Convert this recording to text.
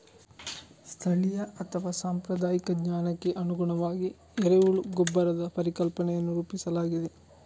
ಸ್ಥಳೀಯ ಅಥವಾ ಸಾಂಪ್ರದಾಯಿಕ ಜ್ಞಾನಕ್ಕೆ ಅನುಗುಣವಾಗಿ ಎರೆಹುಳ ಗೊಬ್ಬರದ ಪರಿಕಲ್ಪನೆಯನ್ನು ರೂಪಿಸಲಾಗಿದೆ